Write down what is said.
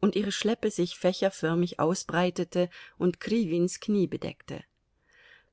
und ihre schleppe sich fächerförmig ausbreitete und kriwins knie bedeckte